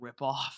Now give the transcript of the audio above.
ripoff